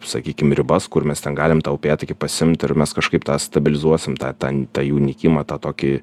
sakykim ribas kur mes ten galim tą upėtakį pasiimt ir mes kažkaip tą stabilizuosim tą ten tą jų nykimą tą tokį